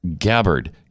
Gabbard